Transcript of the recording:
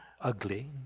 ugly